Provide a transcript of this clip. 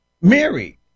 Mary